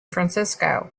francisco